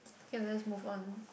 okay let's move on